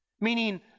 meaning